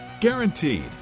Guaranteed